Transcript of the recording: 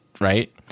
right